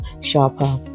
sharper